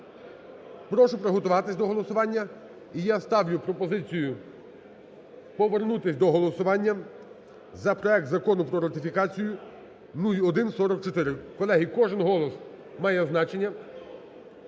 Прошу приготуватися до голосування, і я ставлю пропозицію повернутися до голосування за проект Закону про ратифікацію 0144. Колеги, кожен голос має значення,